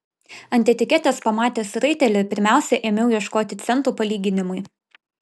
ant etiketės pamatęs raitelį pirmiausia ėmiau ieškoti centų palyginimui